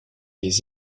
les